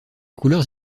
couleurs